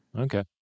Okay